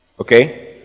Okay